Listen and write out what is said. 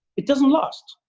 it doesn't last.